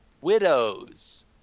Widows